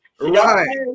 Right